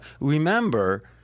Remember